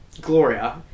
Gloria